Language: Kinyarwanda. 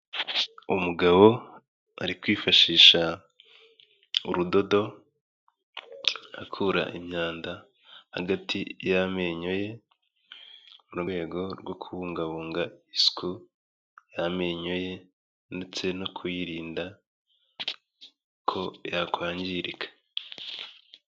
Umugabo ari kwifashisha urudodo, akura imyanda hagati y'amenyo ye, mu rwego rwo kubungabunga isuku y'amenyo ye ndetse no kwirinda ko yakwangirika.